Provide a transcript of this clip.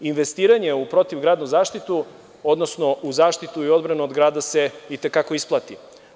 Investiranje u protivgradnu zaštitu, odnosno u zaštitu i odbranu od grada se i te kako isplati.